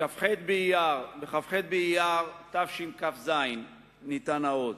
בכ"ח באייר תשכ"ז ניתן האות,